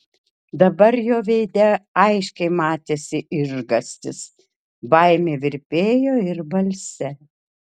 dabar jo veide aiškiai matėsi išgąstis baimė virpėjo ir balse